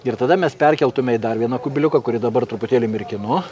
ir tada mes perkeltume į dar viena kubiliuką kuri dabar truputėlį mirkinu